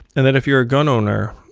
and then if you're a gun owner,